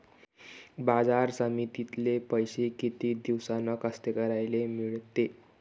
बाजार समितीतले पैशे किती दिवसानं कास्तकाराइले मिळते?